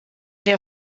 der